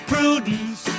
Prudence